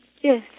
Yes